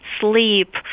sleep